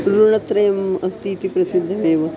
ऋणत्रयम् अस्ति इति प्रसिद्धमेव